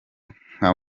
nka